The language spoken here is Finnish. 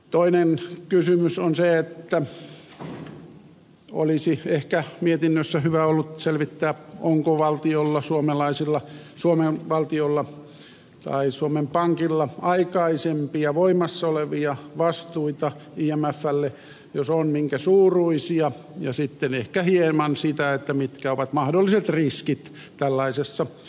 toinen kysymys on se että olisi ehkä mietinnössä hyvä ollut selvittää onko suomen valtiolla tai suomen pankilla aikaisempia voimassaolevia vastuita imflle ja jos on minkä suuruisia ja sitten olisi ollut hyvä selvittää ehkä hieman sitä mitkä ovat mahdolliset riskit tällaisessa asiassa